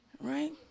right